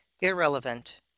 irrelevant